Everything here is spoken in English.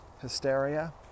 hysteria